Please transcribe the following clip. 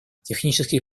технический